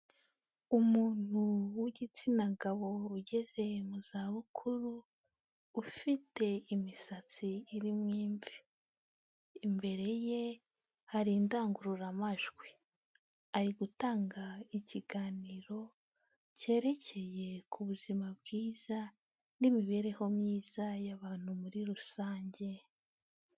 Umuntu w'igitsina gabo, ugeze mu zabukuru, ufite imisatsi irimo imvi. Imbere ye, hari indangururamajwi. Ari gutanga ikiganiro, cyerekeye ku buzima bwiza, n'imibereho myiza, y'abantu muri rusange.